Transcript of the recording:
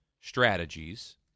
strategies